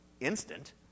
instant